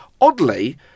oddly